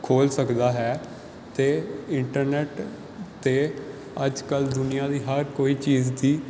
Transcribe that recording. ਖੋਜ ਸਕਦਾ ਹੈ ਅਤੇ ਇੰਟਰਨੈੱਟ 'ਤੇ ਅੱਜ ਕੱਲ੍ਹ ਦੁਨੀਆਂ ਦੀ ਹਰ ਕੋਈ ਚੀਜ਼ ਦੀ